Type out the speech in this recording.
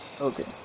Okay